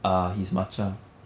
uh his மச்சான்:macchaan